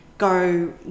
go